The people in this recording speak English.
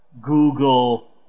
Google